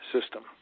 system